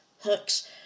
hooks